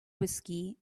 whiskey